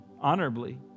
honorably